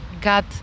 got